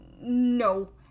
no